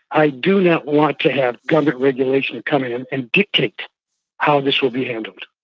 i do not want to have government regulation come in and dictate how this will be handled.